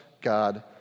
God